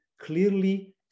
clearly